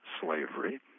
slavery